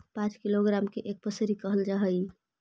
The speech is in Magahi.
पांच किलोग्राम के एक पसेरी कहल जा हई